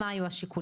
מה היו השיקולים.